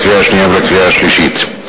לקריאה שנייה ולקריאה שלישית.